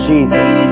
Jesus